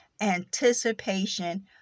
anticipation